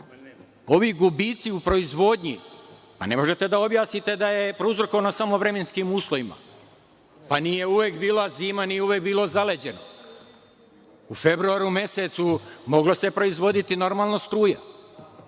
ovi gubici u proizvodnji, pa ne možete da objasnite da je prouzrokovano samo vremenskim uslovima, pa nije uvek bila zima, nije uvek bilo zaleđeno. U februaru mesecu moglo se proizvoditi normalno struja.